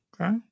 Okay